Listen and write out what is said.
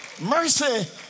Mercy